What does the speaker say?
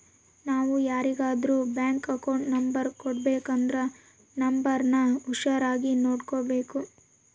ನಾವು ಯಾರಿಗಾದ್ರೂ bank account number ಕೊಡಬೇಕಂದ್ರ ನೋಂಬರ್ನ ಹುಷಾರಾಗಿ ನೋಡ್ಬೇಕು